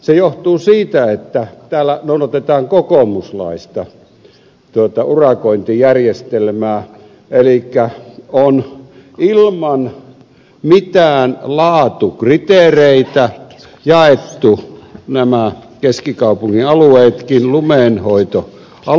se johtuu siitä että täällä noudatetaan kokoomuslaista urakointijärjestelmää elikkä on ilman mitään laatukriteereitä jaettu nämä keskikaupungin alueetkin lumeen hoito on